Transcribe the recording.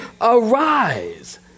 arise